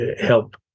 help